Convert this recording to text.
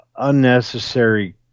Unnecessary